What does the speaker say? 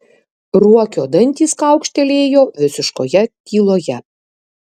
ruokio dantys kaukštelėjo visiškoje tyloje